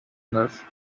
neuf